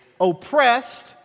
oppressed